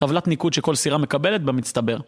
טבלת ניקוד שכל סירה מקבלת במצטבר